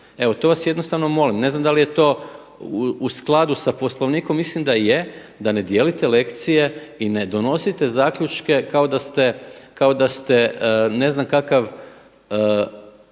evo to vas jednostavno molim. Ne znam da li je to u skladu sa Poslovnikom, mislim da je da ne dijelite lekcije i ne donosite zaključke kao da ste ne znam kakav